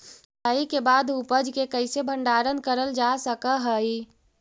कटाई के बाद उपज के कईसे भंडारण करल जा सक हई?